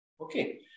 Okay